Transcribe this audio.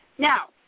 Now